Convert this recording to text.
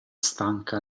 stanca